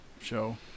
show